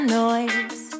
noise